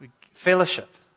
Fellowship